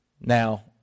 Now